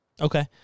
Okay